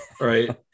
Right